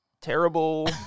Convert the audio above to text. terrible